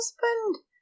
husband